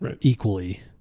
equally